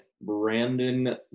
Brandon